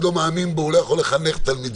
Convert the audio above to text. לא מאמין בו הוא לא יכול לחנך תלמידים.